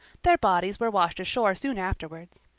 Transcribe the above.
their bodies were washed ashore soon afterwards.